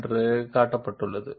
machine చేయబడుతుంది